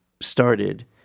started